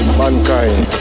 mankind